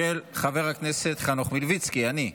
של חבר הכנסת חנוך מלביצקי, אני.